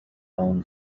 own